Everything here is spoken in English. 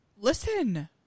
listen